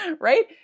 right